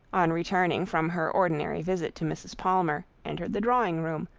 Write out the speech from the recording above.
on returning from her ordinary visit to mrs. palmer, entered the drawing-room,